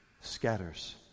scatters